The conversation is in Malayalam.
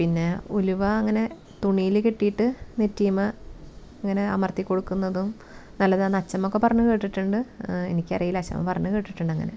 പിന്നേ ഉലുവ അങ്ങനെ തുണിയിൽ കെട്ടിയിട്ട് നെറ്റിയിൻ മേൽ ഇങ്ങനെ അമർത്തി കൊടുക്കുന്നതും നല്ലതാണെന്ന് അച്ഛമ്മ ഒക്കെ പറഞ്ഞ് കേട്ടിട്ടുണ്ട് എനിക്കറിയില്ല അച്ചമ്മ പറഞ്ഞ് കേട്ടിട്ടുണ്ട് അങ്ങനെ